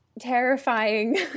terrifying